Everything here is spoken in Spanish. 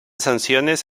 sanciones